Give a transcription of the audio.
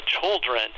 children